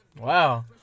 Wow